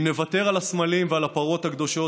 אם נוותר על הסמלים ועל הפרות הקדושות,